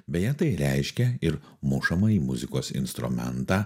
beje tai reiškia ir mušamąjį muzikos instrumentą